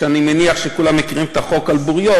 ואני מניח שכולם מכירים את החוק על בוריו,